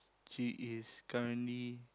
he is currently